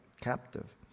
captive